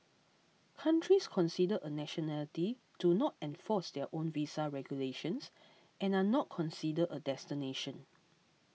countries considered a nationality do not enforce their own visa regulations and are not considered a destination